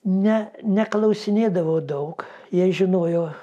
ne neklausinėdavau daug jie žinojo